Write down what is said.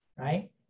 Right